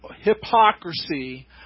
hypocrisy